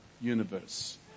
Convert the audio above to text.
Universe